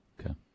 Okay